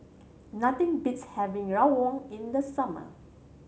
nothing beats having rawon in the summer